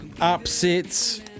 upsets